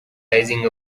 rising